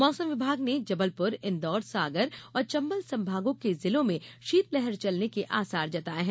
मौसम विभाग ने जबलपुर इंदौर सागर और चंबल संभागों के जिलों में शीतलहर चलने के आसार जताये हैं